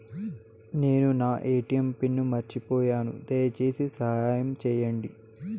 నేను నా ATM pin మర్చిపోయాను, దయచేసి సహాయం చేయండి